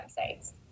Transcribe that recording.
websites